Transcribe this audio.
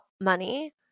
money